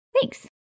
Thanks